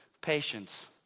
patience